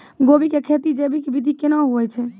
गोभी की खेती जैविक विधि केना हुए छ?